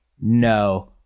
no